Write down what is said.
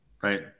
Right